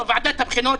ועדת הבחינות,